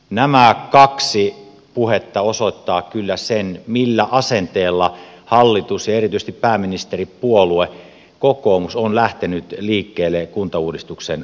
nämä kaksi puhetta osoittavat kyllä sen millä asenteella hallitus ja erityisesti pääministeripuolue kokoomus on lähtenyt liikkeelle kuntauudistuksen osalta